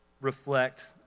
reflect